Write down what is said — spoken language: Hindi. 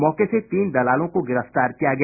मौके से तीन दलालों को भी गिरफ्तार किया गया